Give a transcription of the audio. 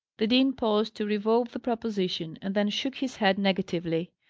the dean paused to revolve the proposition, and then shook his head negatively.